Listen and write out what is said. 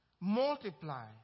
Multiply